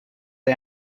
the